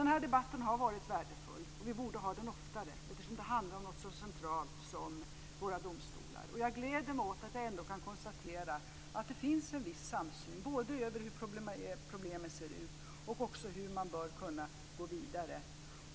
Den här debatten har varit värdefull, och vi borde ha sådana oftare eftersom den handlar om något så centralt som våra domstolar. Jag gläder mig åt att jag ändå kan konstatera att det finns en viss samsyn både om hur problemen ser ut och också om hur man bör gå vidare.